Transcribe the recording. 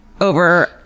over